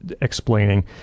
explaining